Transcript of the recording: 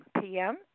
PM